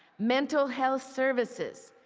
mental health services